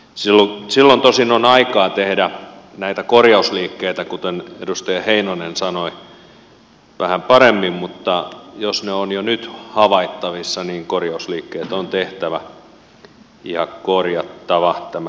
silloin tosin on aikaa tehdä näitä korjausliikkeitä kuten edustaja heinonen sanoi vähän paremmin mutta jos esteet ovat jo nyt havaittavissa niin korjausliikkeet on tehtävä ja korjattava tämä energiatodistus